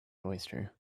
oyster